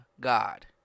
God